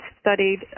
studied